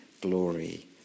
glory